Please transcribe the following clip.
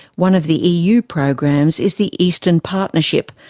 one of the eu programs is the eastern partnership,